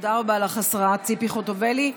תודה רבה לך, השרה ציפי חוטובלי.